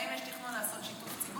אז האם יש תכנון לעשות שיתוף ציבור,